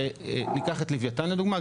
ניקח את לווייתן לדוגמה,